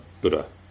Buddha